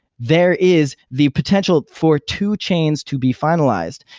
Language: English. there is the potential for two chains to be finalized.